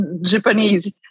Japanese